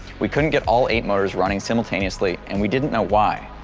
we couldn't get all eight motors running simultaneously and we didn't know why.